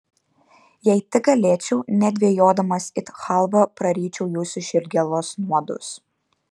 jei tik galėčiau nedvejodamas it chalvą praryčiau jūsų širdgėlos nuodus